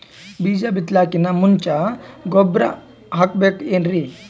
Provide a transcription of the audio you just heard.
ಬೀಜ ಬಿತಲಾಕಿನ್ ಮುಂಚ ಗೊಬ್ಬರ ಹಾಕಬೇಕ್ ಏನ್ರೀ?